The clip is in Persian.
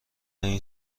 این